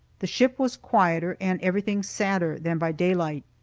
the ship was quieter, and everything sadder than by daylight.